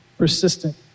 persistent